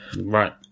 Right